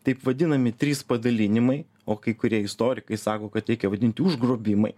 taip vadinami trys padalinimai o kai kurie istorikai sako kad reikia vadinti užgrobimai